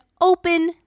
open